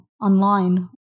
online